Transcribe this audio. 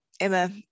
Emma